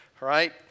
right